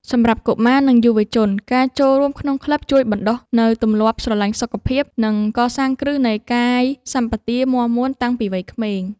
សម្រាប់កុមារ និងយុវជន ការចូលរួមក្នុងក្លឹបជួយបណ្ដុះនូវទម្លាប់ស្រឡាញ់សុខភាព និងកសាងគ្រឹះនៃកាយសម្បទាមាំមួនតាំងពីវ័យក្មេង។